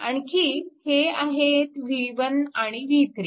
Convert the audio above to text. आणखी हे आहेत v1 आणि v3